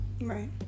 Right